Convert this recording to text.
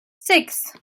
six